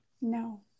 No